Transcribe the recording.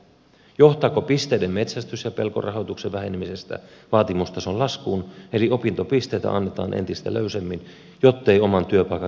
johtaako pisteiden metsästys ja pelko rahoituksen vähenemisestä vaatimustason laskuun eli opintopisteitä annetaan entistä löysemmin jottei oman työpaikan rahoitus ole vaarassa